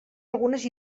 algunes